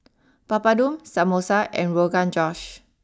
Papadum Samosa and Rogan Josh